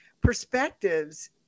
perspectives